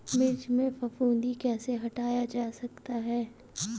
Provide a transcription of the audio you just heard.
मिर्च में फफूंदी कैसे हटाया जा सकता है?